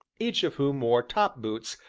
each of whom wore topboots,